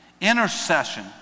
Intercession